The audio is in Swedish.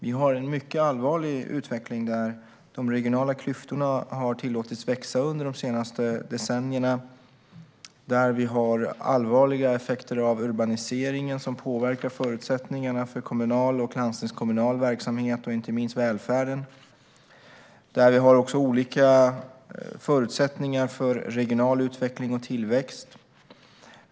Vi har en mycket allvarlig utveckling där de regionala klyftorna har tillåtits att växa under de senaste decennierna och där vi har allvarliga effekter av urbaniseringen som påverkar förutsättningarna för kommunal och landstingskommunal verksamhet, inte minst välfärden. Vi har också olika förutsättningar för regional utveckling och tillväxt.